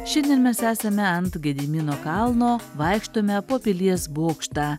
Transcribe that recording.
šiandien mes esame ant gedimino kalno vaikštome po pilies bokštą